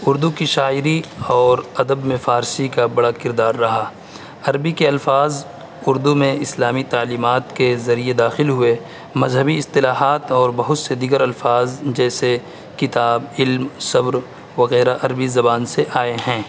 اردو کی شاعری اور ادب میں فارسی کا بڑا کردار رہا عربی کے الفاظ اردو میں اسلامی تعلیمات کے ذریعے داخل ہوئے مذہبی اصطلاحات اور بہت سے دیگر الفاظ جیسے کتاب علم صبر وغیرہ عربی زبان سے آئے ہیں